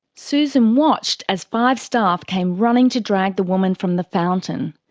susan watched as five staff came running to drag the woman from the fountain.